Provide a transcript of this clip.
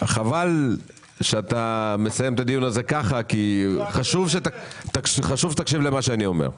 חבל שאתה מסיים את הדיון הזה כך כי חשוב שתקשיב למה שאני אומר.